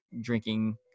drinking